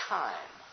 time